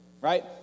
right